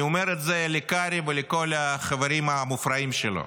אני אומר את זה לקרעי ולכל החברים המופרעים שלו.